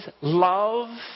love